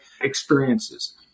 experiences